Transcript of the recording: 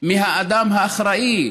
מהאדם האחראי,